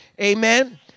Amen